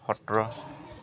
সত্ৰ